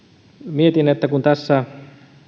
mietin että kun tässä